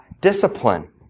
discipline